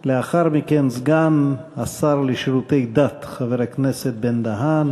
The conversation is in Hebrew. לאחר מכן סגן השר לשירותי דת חבר הכנסת בן-דהן